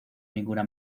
ninguna